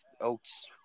oats